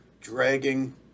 dragging